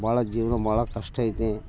ಭಾಳ ಜೀವನ ಭಾಳ ಕಷ್ಟ ಐತಿ